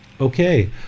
Okay